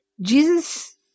Jesus